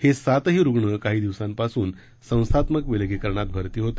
हे सातही रुग्ण काही दिवसांपासून संस्थात्मक विलगीकरणात भरती होते